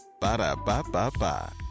Ba-da-ba-ba-ba